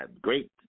great